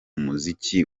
muziki